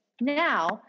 Now